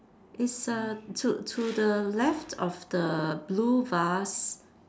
is ah to to the left of the blue vase